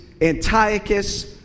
Antiochus